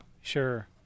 Sure